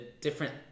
different